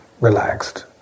relaxed